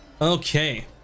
okay